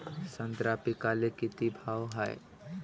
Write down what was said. संत्रा पिकाले किती भाव हाये?